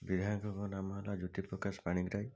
ବିଧାୟକଙ୍କ ନାମ ହେଲା ଜ୍ୟୋତି ପ୍ରକାଶ ପାଣିଗ୍ରାହୀ